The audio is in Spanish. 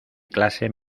clase